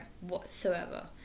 whatsoever